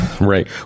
Right